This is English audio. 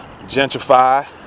Gentrify